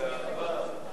בבקשה, אדוני.